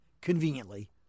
conveniently